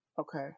Okay